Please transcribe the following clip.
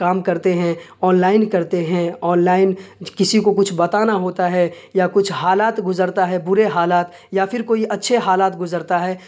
کام کرتے ہیں online کرتے ہیں آن لائن کسی کو کچھ بتانا ہوتا ہے یا کچھ حالات گزرتا ہے برے حالات یا پھر کوئی اچھے حالات گزرتا ہے